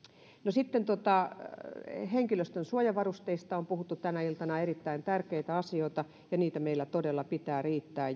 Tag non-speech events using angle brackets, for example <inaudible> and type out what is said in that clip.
sitten henkilöstön suojavarusteista on puhuttu tänä iltana erittäin tärkeitä asioita niitä meillä todella pitää riittää <unintelligible>